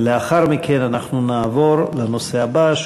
לאחר מכן נעבור לנושא הבא,